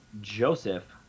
Joseph